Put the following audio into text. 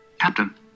Captain